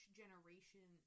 generation